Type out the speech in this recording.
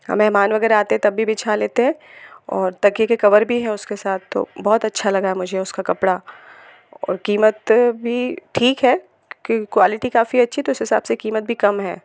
और मेहमान वगैरह आते तब भी बिछा लेते हैं और तकिये के कवर भी हैं उसके साथ तो बहुत अच्छा लगा मुझे उसका कपड़ा और कीमत भी ठीक है क्योंकि क्वालिटी काफ़ी अच्छी है तो उस हिसाब से कीमत भी कम है